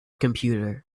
computer